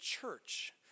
church